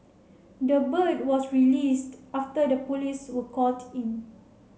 the bird was released after the police were called in